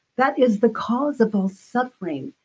that is the cause of all suffering,